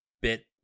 bit